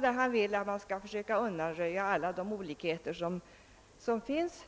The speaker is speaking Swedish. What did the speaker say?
Carlshamre vill att man skall försöka undanröja alla de olikheter som finns.